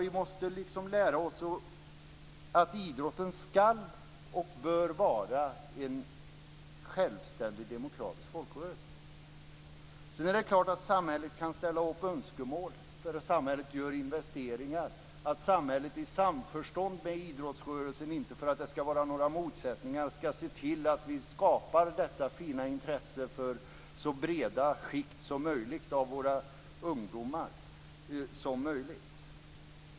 Vi måste lära oss att idrotten skall och bör vara en självständig demokratisk folkrörelse. Det är klart att samhället kan ställa upp med önskemål när samhället gör investeringar. Samhället skall i samförstånd med idrottsrörelsen, för att det inte skall vara några motsättningar, se till att vi skapar detta fina intresse hos så breda skikt som möjligt av våra ungdomar.